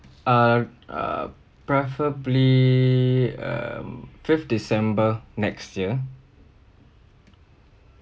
uh um preferably um fifth december next year